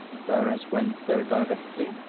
clarence went there directly.